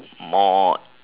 more